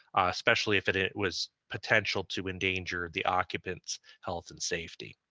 especially if it it was potential to endanger the occupant's health and safety.